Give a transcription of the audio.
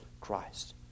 Christ